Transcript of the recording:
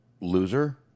Loser